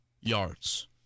yards